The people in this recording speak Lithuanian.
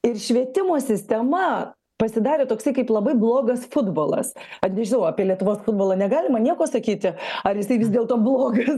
ir švietimo sistema pasidarė toksai kaip labai blogas futbolas aš nežinau apie lietuvos futbolą negalima nieko sakyti ar jisai vis dėlto blogas